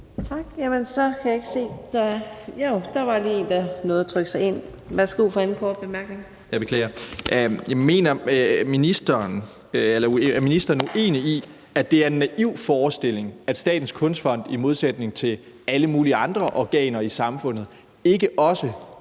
Jeg beklager. Er ministeren uenig i, at det er en naiv forestilling, at Statens Kunstfond i modsætning til alle mulige andre organer i samfundet ikke også